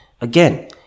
again